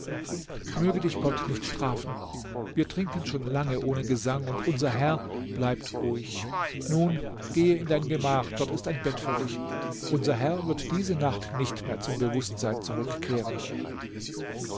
möge dich gott nicht strafen wir trinken schon lange ohne gesang und unser herr bleibt ruhig nun gehe in dein gemach dort ist ein bett für dich unser herr wird diese nacht nicht mehr zum bewußtsein zurückkehren